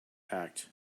act